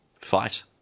fight